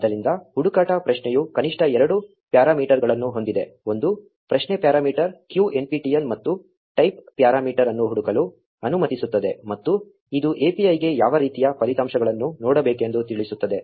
ಆದ್ದರಿಂದ ಹುಡುಕಾಟ ಪ್ರಶ್ನೆಯು ಕನಿಷ್ಟ ಎರಡು ಪ್ಯಾರಾಮೀಟರ್ಗಳನ್ನು ಹೊಂದಿದೆ ಒಂದು ಪ್ರಶ್ನೆ ಪ್ಯಾರಾಮೀಟರ್ q nptel ಮತ್ತು ಟೈಪ್ ಪ್ಯಾರಾಮೀಟರ್ ಅನ್ನು ಹುಡುಕಲು ಅನುಮತಿಸುತ್ತದೆ ಮತ್ತು ಇದು API ಗೆ ಯಾವ ರೀತಿಯ ಫಲಿತಾಂಶಗಳನ್ನು ನೋಡಬೇಕೆಂದು ತಿಳಿಸುತ್ತದೆ